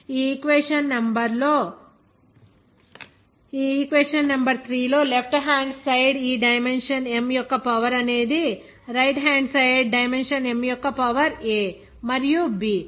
ఈ equation number 3 లో left hand side ఈ డైమెన్షన్ M యొక్క పవర్ అనేది right hand side dimension M యొక్క పవర్ a మరియు b